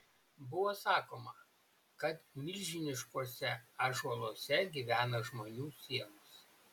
buvo sakoma kad milžiniškuose ąžuoluose gyvena žmonių sielos